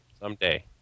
Someday